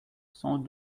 cent